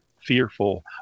Fearful